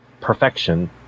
perfection